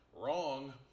Wrong